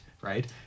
right